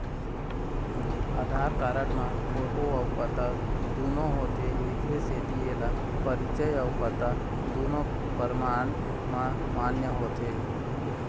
आधार card म photo अउ पता दुनो होथे एखर सेती एला परिचय अउ पता दुनो परमान म मान्य होथे